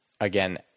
again